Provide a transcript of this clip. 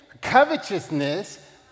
covetousness